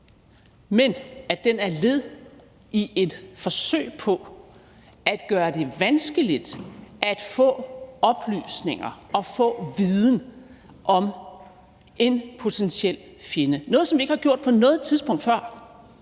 men at den er et led i et forsøg på at gøre det vanskeligt at få oplysninger og få viden om en potentiel fjende – noget, som vi ikke har gjort på noget tidspunkt før.